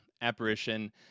apparition